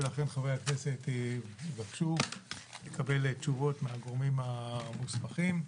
ולכן חברי הכנסת יבקשו לקבל תשובות מהגורמים המוסמכים.